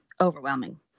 overwhelming